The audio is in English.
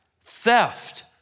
theft